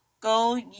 Go